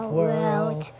world